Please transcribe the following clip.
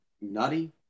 nutty